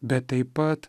bet taip pat